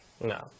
No